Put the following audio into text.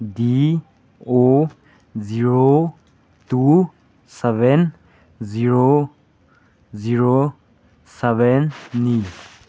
ꯗꯤ O zero two seven zero zero ꯁꯕꯦꯟꯅꯤ